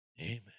Amen